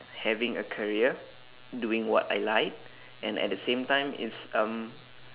having a career doing what I like and at the same time it's um